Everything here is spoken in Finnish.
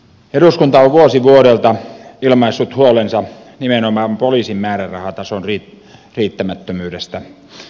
eduskunta on vuosi vuodelta ilmaissut huolensa nimenomaan poliisin määrärahatason riittämättömyydestä